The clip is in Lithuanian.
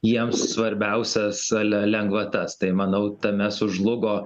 jiems svarbiausias ale lengvatas tai manau tame sužlugo